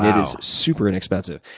is super inexpensive.